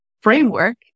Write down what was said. framework